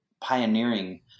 pioneering